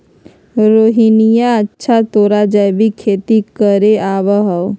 रोहिणीया, अच्छा तोरा जैविक खेती करे आवा हाउ?